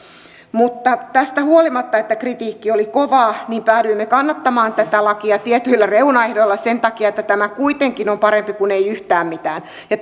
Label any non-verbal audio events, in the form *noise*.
mutta tästä huolimatta että kritiikki oli kovaa päädyimme kannattamaan tätä lakia tietyillä reunaehdoilla sen takia että tämä kuitenkin on parempi kuin ei yhtään mitään ja *unintelligible*